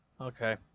Okay